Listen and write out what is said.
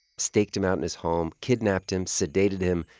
staked him out in his home, kidnapped him, sedated him,